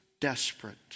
desperate